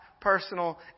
personal